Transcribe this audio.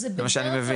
זה מה שאני מבין.